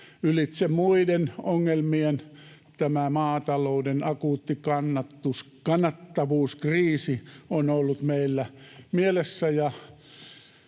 ylitse muiden ongelmien tämä maatalouden akuutti kannattavuuskriisi on ollut meillä mielessä,